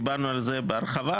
דיברנו על זה בהרחבה.